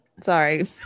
sorry